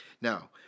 Now